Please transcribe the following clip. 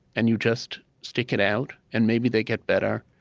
and you just stick it out, and maybe they get better,